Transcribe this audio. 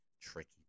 tricky